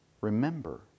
Remember